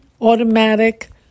automatic